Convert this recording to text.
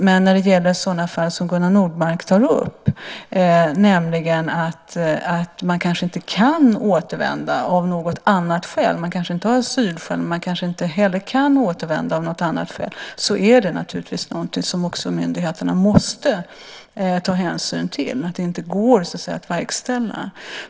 Men när det gäller sådana fall som Gunnar Nordmark tar upp, nämligen att man inte har asylskäl men inte kan återvända av annat skäl, måste myndigheterna ta hänsyn till att det inte går att verkställa.